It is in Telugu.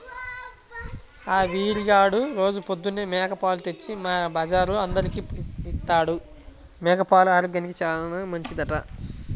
ఆ వీరిగాడు రోజూ పొద్దన్నే మేక పాలు తెచ్చి మా బజార్లో అందరికీ ఇత్తాడు, మేక పాలు ఆరోగ్యానికి చానా మంచిదంట